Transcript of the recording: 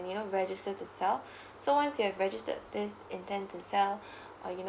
you know register to sell so once you've registered this intent to sell uh you know